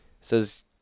says